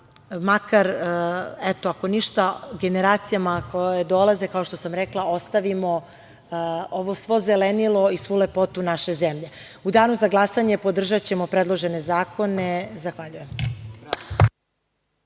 lepa i da makar generacijama koje dolaze, kao što sam rekla, ostavimo ovo svo zelenilo i svu lepotu naše zemlje.U danu za glasanje podržaćemo predložene zakone. Zahvaljujem.